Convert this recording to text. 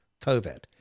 COVID